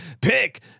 Pick